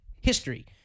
history